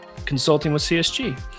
ConsultingWithCSG